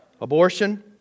Abortion